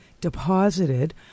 deposited